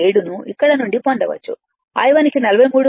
7 ను ఇక్కడ నుండి పొందవచ్చు I1 కి 43